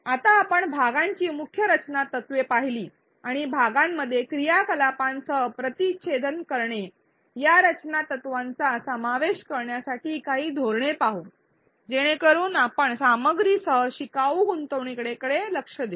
आता आपण भागांची मुख्य रचना तत्त्वे पाहिली आणि भागांमध्ये क्रियाकलापांसह प्रतिच्छेदन करणे या रचना तत्त्वांचा समावेश करण्यासाठी काही धोरणे पाहू जेणेकरून आपण सामग्रीसह शिकाऊ गुंतवणूकीकडे लक्ष देऊ